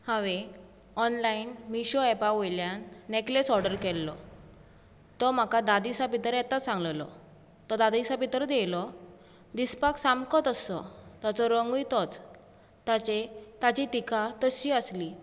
हांवें ऑनलायन मिशो ऍपा वयल्यान नॅकलेस ऑर्डर केल्लो तो म्हाका धा दिसां भितर येता सांगिल्लो तो धा दिसां भितरच आयलो दिसपाक सामको तस्सो ताचो रंगूय तोच्च ताचे ताचे थिकां तसलीं आसलीं